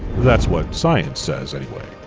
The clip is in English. that's what science says, anyway.